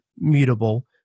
mutable